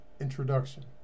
introduction